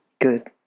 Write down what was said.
Good